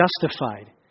justified